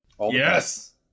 yes